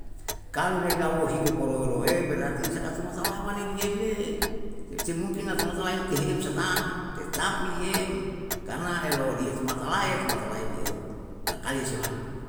Kalu nau lo hidup roe reo berarti saka tumata laem le, seng mungkin tumata laim teheiyem sa tam tetap iliyem karna elo liye tumata lae, tumatae le em, mangkali he se mane me